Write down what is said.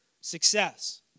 success